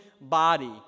body